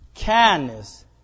kindness